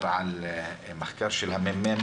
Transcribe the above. של הכנסת,